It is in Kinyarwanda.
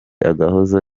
agahozo